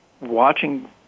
watching